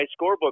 scorebook